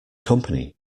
company